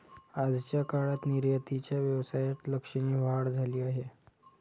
आजच्या काळात निर्यातीच्या व्यवसायात लक्षणीय वाढ झाली आहे